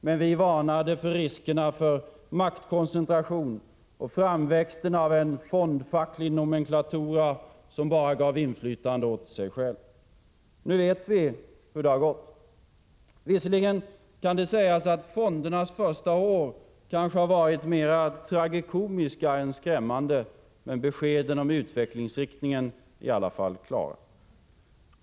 Men vi varnade för riskerna för maktkoncentration och framväxten av en fondfacklig nomenklatura som bara gav inflytande åt sig själv. Nu vet vi hur det gått. Visserligen kan det sägas att fondernas första år kanske varit mer tragikomiska än skrämmande. Men beskeden om utvecklingsinriktningen är i alla fall klara.